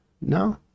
No